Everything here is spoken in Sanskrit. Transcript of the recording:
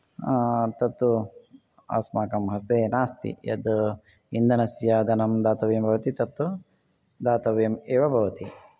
तत्तु अस्माकं हस्ते नास्ति यत् इन्धनस्य धनं दातव्यं भवति तत्तु दातव्यम् एव भवति